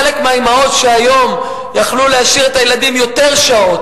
חלק מהאמהות שהיום יכלו להשאיר את הילדים יותר שעות